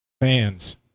fans